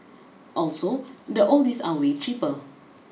also the oldies are way cheaper